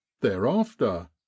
thereafter